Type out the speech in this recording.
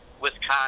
Wisconsin